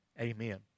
amen